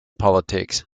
politics